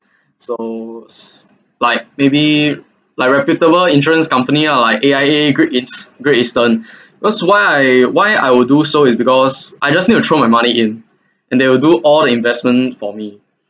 so like maybe like reputable insurance company lah like A_I_A great east~ Great Eastern because why I why I will do so is because I just need to throw my money in and they will do all the investment for